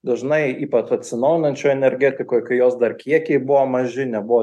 dažnai ypat atsinaujinančioj energetikoj kai jos dar kiekiai buvo maži nebuvo